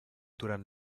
durant